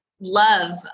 love